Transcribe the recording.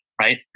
right